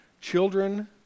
Children